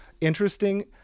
interesting